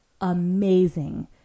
amazing